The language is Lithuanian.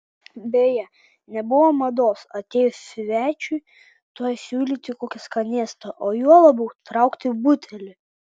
beje nebuvo mados atėjus svečiui tuoj siūlyti kokį skanėstą o juo labiau traukti butelį